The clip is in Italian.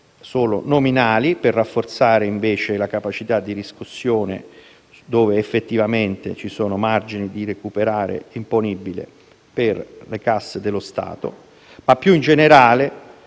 solo nominali, per rafforzare invece la capacità di riscossione, dove effettivamente ci sono margini per recuperare imponibile per le casse dello Stato. Più in generale,